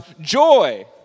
joy